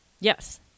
Yes